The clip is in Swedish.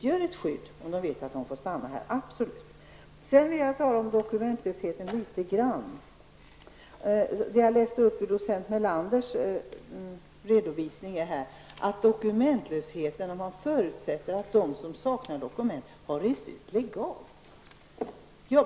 Vetskapen om att de får stanna här utgör ett skydd -- absolut! Jag vill också tala litet om dokumentlösheten. Jag läste tidigare upp ur docent Göran Melanders redovisning angående dokumentlösheten: man förutsätter att de som saknar dokument har rest ut legalt.